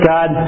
God